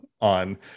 on